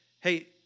Hey